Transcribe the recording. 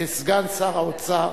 כסגן שר האוצר,